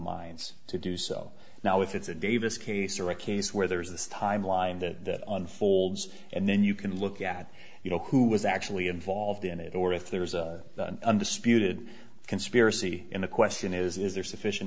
minds to do so now if it's a davis case or a case where there is this timeline that unfolds and then you can look at you know who was actually involved in it or if there is the undisputed conspiracy in the question is is there sufficient